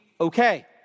okay